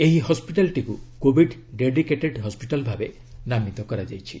ଏହି ହସ୍କିଟାଲଟିକୁ covid dedicated hospital ଭାବେ ନାମିତ କରାଯାଇଛି